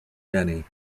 jenny